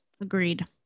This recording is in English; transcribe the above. agreed